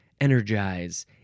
energize